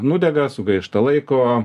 nudega sugaišta laiko